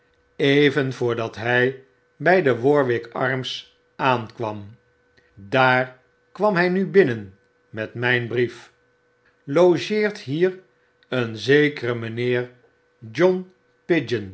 even voor hy bij de warwick arms aankwam daar kwam hy nu binnen met myn brief logeert hier een zekere mynheer john